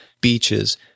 beaches